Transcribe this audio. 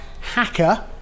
hacker